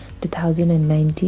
2019